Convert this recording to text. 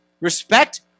respect